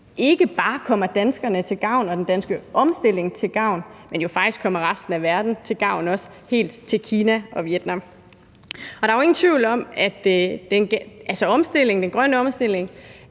ikke bare danskerne og den danske omstilling til gavn, men kommer jo faktisk også resten af verden til gavn, også helt til Kina og Vietnam. Der er jo ingen tvivl om, at den grønne omstilling